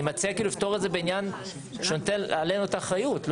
אבל אני מציע לפתור את זה בעניין שמטיל עלינו את האחריות.